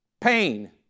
Pain